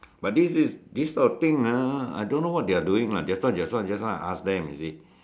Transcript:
but this is this kind of thing ah I don't know what they are doing lah just now just now just now I ask them you see